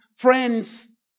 Friends